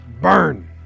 Burn